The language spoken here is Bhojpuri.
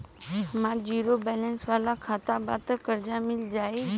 हमार ज़ीरो बैलेंस वाला खाता बा त कर्जा मिल जायी?